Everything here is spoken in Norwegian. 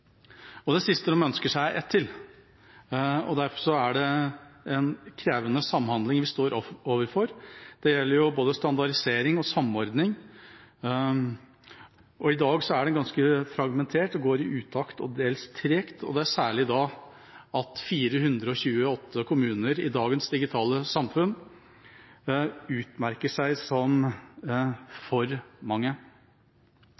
Det siste de ønsker seg, er ett til. Derfor er det en krevende samhandling vi står overfor, det gjelder både standardisering og samordning. I dag er det ganske fragmentert, det går i utakt og til dels tregt – og det er særlig da at 428 kommuner i dagens digitale samfunn utmerker seg som